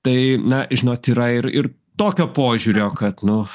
tai na žinot yra ir ir tokio požiūrio kad nu